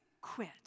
quit